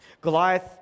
Goliath